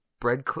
bread